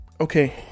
Okay